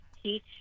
teach